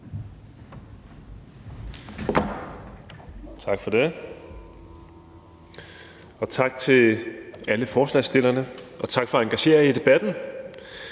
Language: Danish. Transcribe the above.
Tak for det, og tak til alle forslagsstillerne, og tak for, at I engagerer jer i debatten,